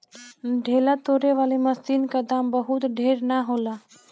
ढेला तोड़े वाली मशीन क दाम बहुत ढेर ना होला